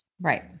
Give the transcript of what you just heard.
right